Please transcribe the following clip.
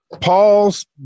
Paul's